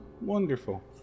wonderful